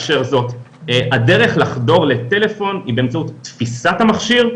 הדרך לחדור לטלפון היא באמצעות תפיסת המכשיר,